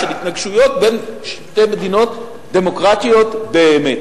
של התנגשויות בין שתי מדינות דמוקרטיות באמת.